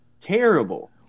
terrible